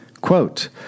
Quote